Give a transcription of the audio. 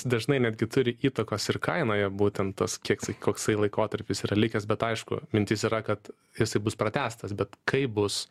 dažnai netgi turi įtakos ir kainoje būtent tas kieksai koksai laikotarpis yra likęs bet aišku mintis yra kad jisai bus pratęstas bet kaip bus